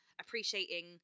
appreciating